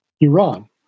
Iran